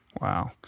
Wow